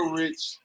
rich